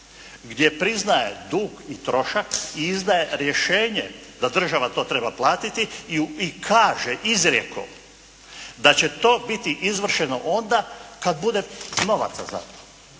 gdje priznaje dug i trošak i izdaje rješenje da država to treba platiti i kaže izrijekom da će to biti izvršeno onda kad bude novaca za to.